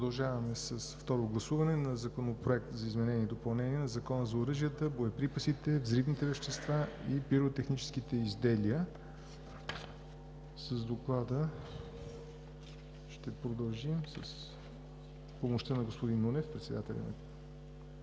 Продължаваме с второ гласуване на Законопроекта за изменение и допълнение на Закона за оръжията, боеприпасите, взривните вещества и пиротехническите изделия. С Доклада ще продължим с помощта на господин Нунев – председателя